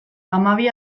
hamabi